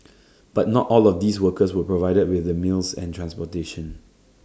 but not all of these workers were provided with the meals and transportation